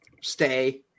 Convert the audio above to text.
stay